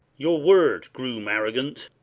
your word, groom arrogant!